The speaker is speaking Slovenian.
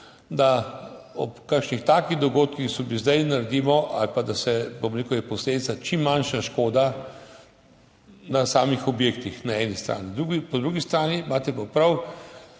da ob kakšnih takih dogodkih, ki so bili zdaj, naredimo ali pa da je posledica čim manjša škoda na samih objektih na eni strani. Po drugi strani pa imate prav,